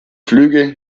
flüge